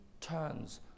turns